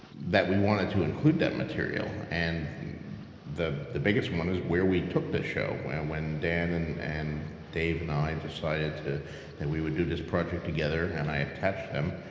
that we wanted to include that material and the the biggest one is where we took the show. when when dan and and dave and i decided that we would do this project together and i attached them,